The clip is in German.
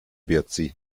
sie